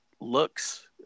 looks